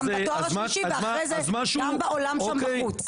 גם בתואר השלישי ואחרי זה גם בעולם שם בחוץ.